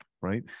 right